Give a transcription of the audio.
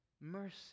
mercy